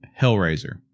Hellraiser